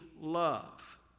love